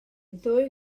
ddwy